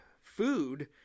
food